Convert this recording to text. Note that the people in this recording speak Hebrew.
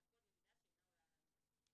והכל במידה שאינה עולה על הנדרש.